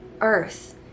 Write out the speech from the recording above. earth